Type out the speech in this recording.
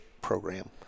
program